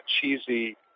cheesy